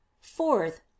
Fourth